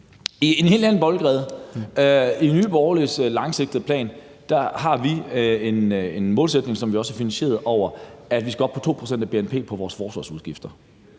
i en helt anden boldgade. I Nye Borgerliges langsigtede plan har vi en målsætning, som vi også har finansieret, om, at vi skal op på at bruge 2 pct. af bnp på vores forsvarsudgifter.